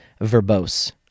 verbose